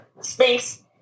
space